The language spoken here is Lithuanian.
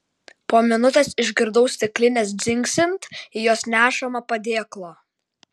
po minutės išgirdau stiklines dzingsint į jos nešamą padėklą